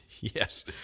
Yes